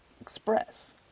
express